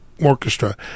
Orchestra